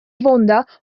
vonda